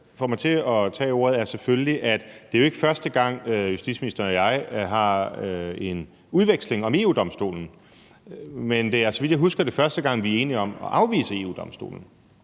ikke er første gang, justitsministeren og jeg har en udveksling om EU-Domstolen, men det er, så vidt jeg husker, den første gang, vi er enige om at afvise EU-Domstolen.